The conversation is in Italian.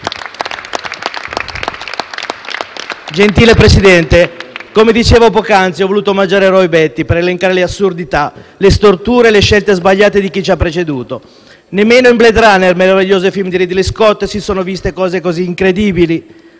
Gentile Presidente, come dicevo poc'anzi, ho voluto omaggiare Roy Batty per elencare le assurdità, le storture e le scelte sbagliate di chi ci ha preceduto. Nemmeno in «Blade runner», meraviglioso film di Ridley Scott, si sono viste cose così incredibili.